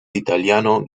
italiano